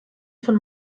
von